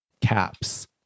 caps